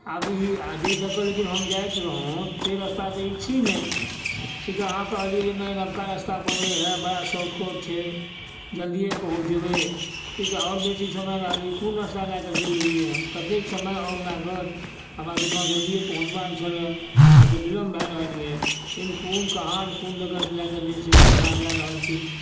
आब ई आ जाहि दऽ कऽ हम जाइत रहौ से रस्ता तऽ ई छी नहि ई तऽ अहाँ कहलिऐ नहि नवका रस्ता बनलै हँ बड़ा शॉर्टकट छै जल्दिए पहुँच जेबै ई तऽ आओर बेसी समय लागलए ई कोन रस्ता लए कऽ चलि एलियै हँ कतेक समय और लागत हमरा तऽ ओहिठाम जल्दिए पहुँचबाके छल आब तऽ विलम्ब भए रहल यऽ कोन कहाँ कोन दएके लएके जे छै से हमरा जा रहल छी